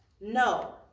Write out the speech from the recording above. No